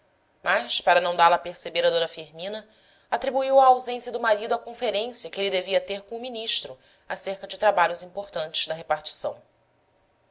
mas para não dá-la a perceber a d firmina atribuiu a ausência do marido à conferência que ele devia ter com o ministro acerca de trabalhos importantes da repartição